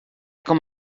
com